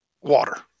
water